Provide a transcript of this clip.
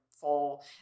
full